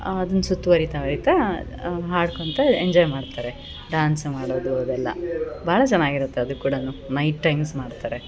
ಅದನ್ನು ಸುತ್ತುವರಿತವರಿತ ಹಾಡ್ಕೊತ ಎಂಜಾಯ್ ಮಾಡ್ತಾರೆ ಡಾನ್ಸ್ ಮಾಡೋದು ಅದೆಲ್ಲ ಭಾಳ ಚೆನ್ನಾಗಿರತ್ ಅದು ಕೂಡ ನೈಟ್ ಟೈಮ್ಸ್ ಮಾಡ್ತಾರೆ